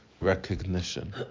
recognition